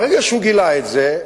ברגע שהוא גילה את זה,